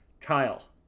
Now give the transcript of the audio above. Kyle